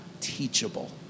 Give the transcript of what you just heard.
teachable